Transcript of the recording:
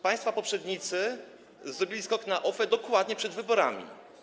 Państwa poprzednicy zrobili skok na OFE dokładnie przed wyborami.